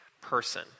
person